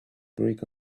brick